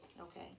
Okay